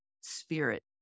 spirit